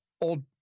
old